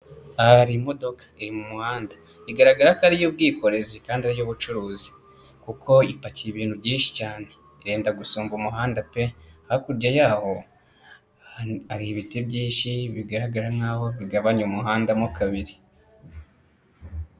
Aha hari imodoka iri mu muhanda bigaragara ko ari iy'ubwikorezi, kandi y'ubucuruzi kuko ipakiye ibintu byinshi cyane, irenda gusunga umuhanda pe, hakurya yaho hari ibiti byinshi bigaragara nkaho bigabanya umuhanda mo kabiri.